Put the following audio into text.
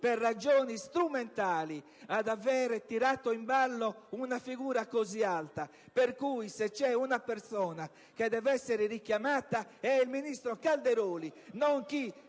per ragioni strumentali, ad aver tirato in ballo una figura così alta, per cui, se c'è una persona che deve essere richiamata, è il ministro Calderoli, non chi